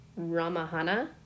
Ramahana